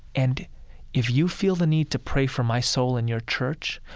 and if you feel the need to pray for my soul in your church,